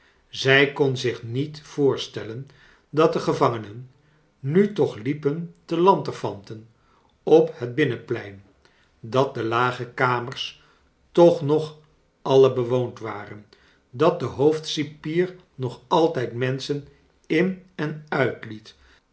zij kon zich niet voorstellen dat de gevangenen nu toch liepen te lanterlanten op het binnenplein dat de lage kamers toch nog alle bewoond waren dat de hoofdcipier nog altijd menschen in en uitliet